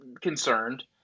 concerned